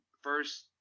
first